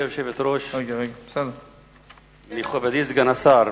גברתי היושבת-ראש, מכובדי סגן השר,